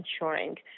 ensuring